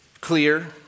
clear